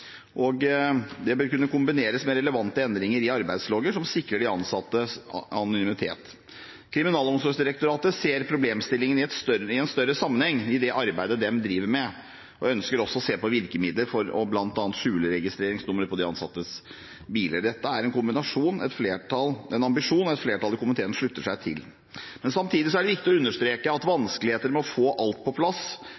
og det bør kunne kombineres med relevante endringer i arbeidslogger som sikrer de ansatte anonymitet. Kriminalomsorgsdirektoratet ser problemstillingen i en større sammenheng i det arbeidet de driver med, og ønsker også å se på virkemidler for bl.a. å skjule registreringsnumre på de ansattes biler. Dette er en ambisjon et flertall i komiteen slutter seg til. Samtidig er det viktig å understreke at